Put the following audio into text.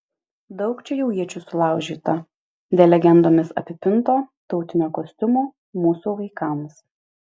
daug čia jau iečių sulaužyta dėl legendomis apipinto tautinio kostiumo mūsų vaikams